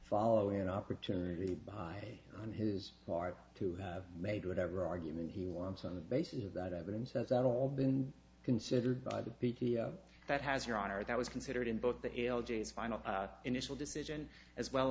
following an opportunity by on his part to have made whatever argument he wants on the basis of that evidence that's at all been considered by the that has your honor that was considered in both the l g s final initial decision as well